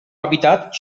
hàbitat